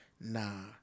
nah